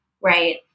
right